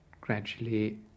gradually